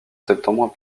septembre